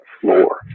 floor